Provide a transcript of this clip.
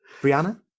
Brianna